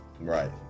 Right